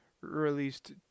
released